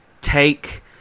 take